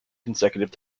consecutive